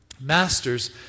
Masters